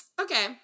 Okay